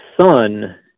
son